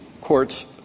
court's